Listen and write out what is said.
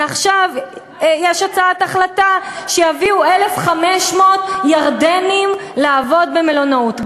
ועכשיו יש הצעת החלטה שיביאו 1,500 ירדנים לעבוד במלונאות,